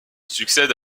succède